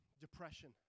depression